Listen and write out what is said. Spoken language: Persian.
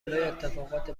اتفاقات